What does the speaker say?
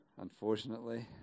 unfortunately